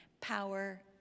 power